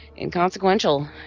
inconsequential